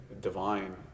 divine